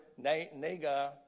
nega